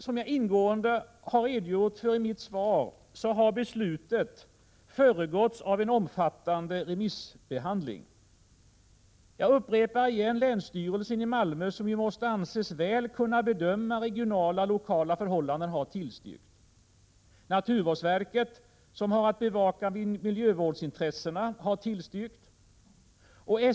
Som jag ingående har redogjort för i mitt svar har beslutet dock föregåtts av en omfattande remissbehandling. Jag upprepar att länsstyrelsen i Malmö, som måste anses väl kunna bedöma regionala och lokala förhållanden, har tillstyrkt. Naturvårdsverket, som har att bevaka miljövårdsintressena, har tillstyrkt.